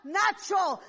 natural